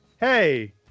hey